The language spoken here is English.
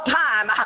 time